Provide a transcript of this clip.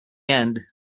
end